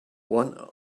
one